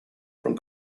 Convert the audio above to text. from